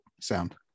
sound